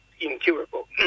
incurable